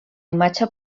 imatge